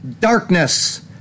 darkness